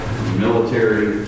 Military